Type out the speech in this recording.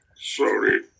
Sorry